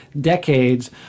decades